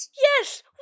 Yes